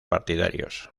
partidarios